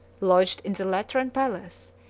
lodged in the lateran palace,